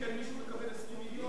אלא אם כן מישהו מקבל 20 מיליון שקל.